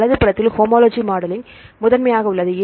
வலது புறத்தில் homology modelling முதன்மையாக உள்ளது